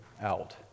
out